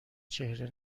چهره